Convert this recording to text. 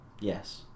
Yes